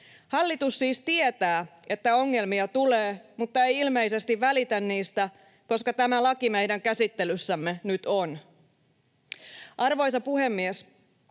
Hallitus siis tietää, että ongelmia tulee, mutta ei ilmeisesti välitä niistä, koska tämä laki meidän käsittelyssämme nyt on. Arvoisa puhemies!